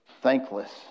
thankless